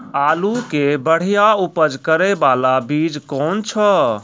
आलू के बढ़िया उपज करे बाला बीज कौन छ?